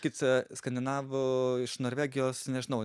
kic skandinavų iš norvegijos nežinau